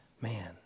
man